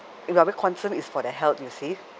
we are a bit concern is for the health you see